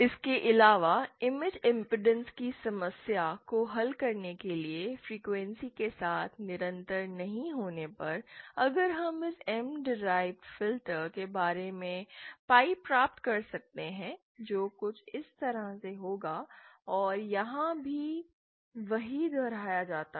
इसके अलावा image impedance की समस्या को हल करने के लिए फ्रीक्वेंसी के साथ निरंतर नहीं होने पर अगर हम इस M डीराइव्ड फिल्टर के बराबर पाई प्राप्त कर सकते हैं जो कुछ इस तरह से होगा और यहां भी वही दोहराया जाता है